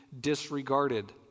disregarded